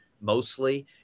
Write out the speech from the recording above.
mostly